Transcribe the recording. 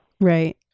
Right